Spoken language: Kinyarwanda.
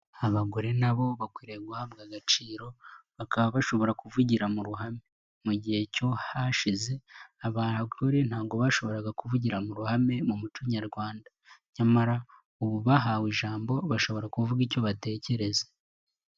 Abagore nabo bakwiriye guhabwa agaciro, bakaba bashobora kuvugira mu ruhame. Mu gihe cyo hashize abagore ntabwo bashoboraga kuvugira mu ruhame mu muco nyarwanda, nyamara ubu bahawe ijambo bashobora kuvuga icyo batekereza.